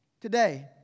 Today